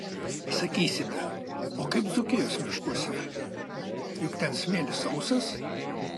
sakysime o kaip dzūkijos miškuose juk ten smėlis sausas